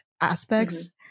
aspects